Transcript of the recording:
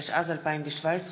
התשע"ז 2017,